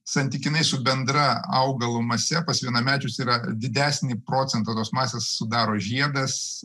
santykinai su bendra augalo mase pas vienamečius yra didesnį procentą tos masės sudaro žiedas